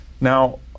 Now